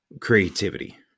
creativity